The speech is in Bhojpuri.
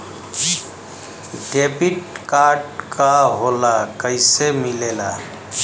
डेबिट कार्ड का होला कैसे मिलेला?